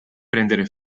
prendere